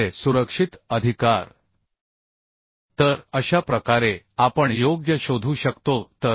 त्यामुळे सुरक्षित अधिकार तर अशा प्रकारे आपण योग्य शोधू शकतो